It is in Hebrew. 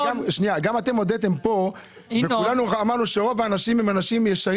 אתם הודיתם פה שרוב האנשים הם ישרים